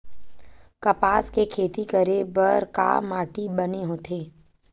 कपास के खेती करे बर का माटी बने होथे?